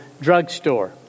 drugstore